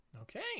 Okay